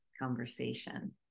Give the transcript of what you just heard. conversation